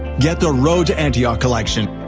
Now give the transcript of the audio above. get the road to antioch collection,